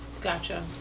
Gotcha